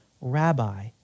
rabbi